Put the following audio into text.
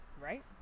Right